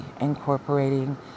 incorporating